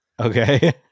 Okay